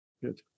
Good